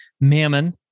mammon